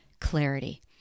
clarity